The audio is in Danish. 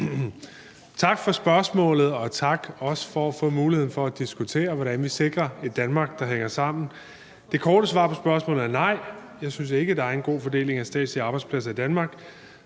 Tak for spørgsmålet, og også tak for at få muligheden for at diskutere, hvordan vi sikrer et Danmark, der hænger sammen. Det korte svar på spørgsmålet er nej. Jeg synes ikke, at der er en god fordeling af statslige arbejdspladser i Danmark,